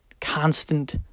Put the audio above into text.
Constant